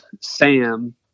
sam